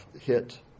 hit